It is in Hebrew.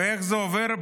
ואיך זה עובר?